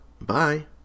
Bye